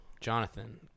Jonathan